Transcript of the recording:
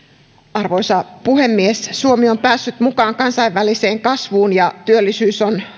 arvoisa puhemies suomi on päässyt mukaan kansainväliseen kasvuun ja työllisyys on